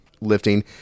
lifting